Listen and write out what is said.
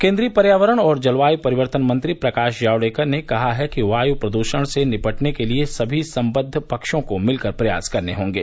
केन्द्रीय पर्यावरण और जलवायु परिवर्तन मंत्री प्रकाश जावड़ेकर ने कहा है कि वायु प्रदूषण से निपटने के लिए सभी संबंद्व पक्षों को मिलकर प्रयास करने होंगे